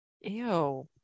ew